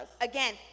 again